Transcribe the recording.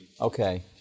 Okay